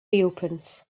reopens